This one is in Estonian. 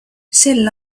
sel